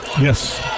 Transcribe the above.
Yes